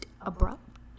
Abrupt